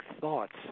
thoughts